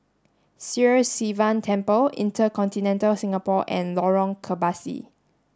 Sri Sivan Temple InterContinental Singapore and Lorong Kebasi